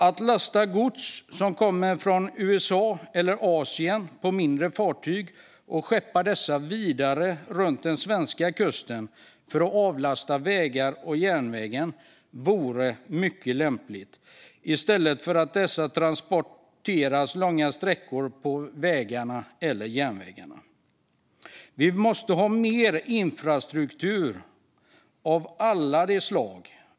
Att lasta om gods som kommer från USA eller Asien till mindre fartyg och skeppa det vidare runt den svenska kusten för att avlasta vägarna och järnvägen vore mycket lämpligt, i stället för att godset ska transporteras långa sträckor på vägarna eller järnvägarna. Vi måste ha mer infrastruktur av alla de slag.